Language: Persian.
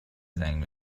زنگ